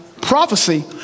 Prophecy